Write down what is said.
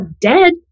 dead